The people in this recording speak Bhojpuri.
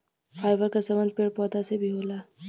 फाइबर क संबंध पेड़ पौधा से भी होला